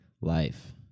life